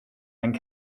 and